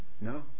no